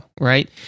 Right